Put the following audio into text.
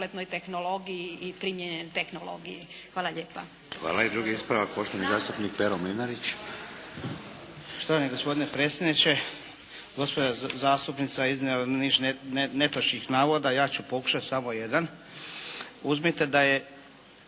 Hvala. I drugi ispravak poštovani zastupnik Pero Mlinarić.